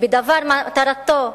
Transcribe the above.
בדבר מטרתו,